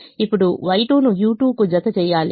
ఇప్పుడు Y2 ను u2 కు జతచేయాలి